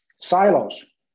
silos